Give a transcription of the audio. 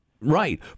Right